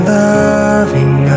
loving